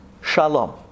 shalom